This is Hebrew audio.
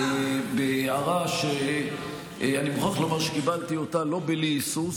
הערה שאני מוכרח לומר שקיבלתי לא בלי היסוס,